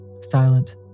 silent